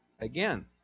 again